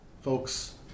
folks